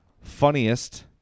funniest